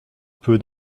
peu